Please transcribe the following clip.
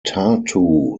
tartu